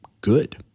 good